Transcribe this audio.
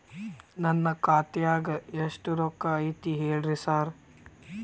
ನನ್ ಖಾತ್ಯಾಗ ರೊಕ್ಕಾ ಎಷ್ಟ್ ಐತಿ ಹೇಳ್ರಿ ಸಾರ್?